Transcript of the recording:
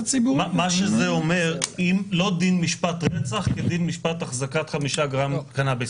שזה אומר שלא דין משפט רצח כדין משפט החזקת חמישה גרם קנאביס.